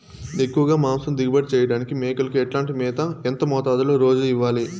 ఎక్కువగా మాంసం దిగుబడి చేయటానికి మేకలకు ఎట్లాంటి మేత, ఎంత మోతాదులో రోజు ఇవ్వాలి?